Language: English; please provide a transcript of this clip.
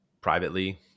privately